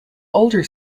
older